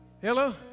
Hello